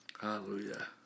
Hallelujah